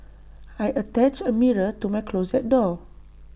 I attached A mirror to my closet door